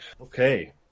Okay